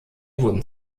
wurden